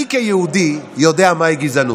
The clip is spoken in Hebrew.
אני כיהודי יודע מהי גזענות.